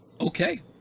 Okay